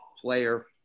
player